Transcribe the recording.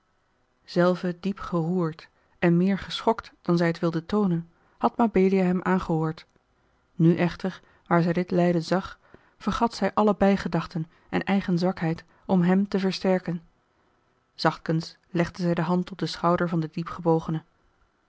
zelve diep geroerd en meer geschokt dan zij het wilde toonen had mabelia hem aangehoord nu echter waar zij dit lijden zag vergat zij alle bijgedachten en eigen zwakheid om hem te versterken zachtkens legde zij de hand op den schouder van den